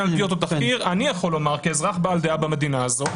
אני יכול לומר כאזרח בעל דעה במדינה הזאת,